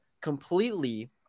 completely